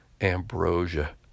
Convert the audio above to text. ambrosia